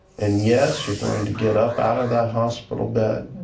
and yes, you're going to get up out of that hospital bed.